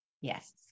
Yes